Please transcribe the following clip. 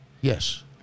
Yes